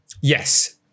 yes